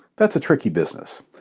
that's a tricky business.